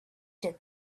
did